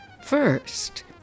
First